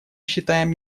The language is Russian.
считаем